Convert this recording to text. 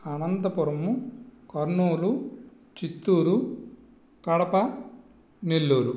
Anantapuramu Kurnool Chittoor Kadapa Nellore